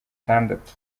itandatu